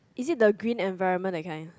is it the green environment that kind